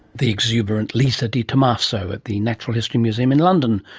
the exuberant lisa di tommaso at the natural history museum in london,